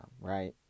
right